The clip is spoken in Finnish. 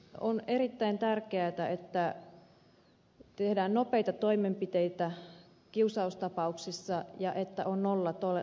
on erittäin tärkeätä että tehdään nopeita toimenpiteitä kiusaustapauksissa ja että on nollatoleranssi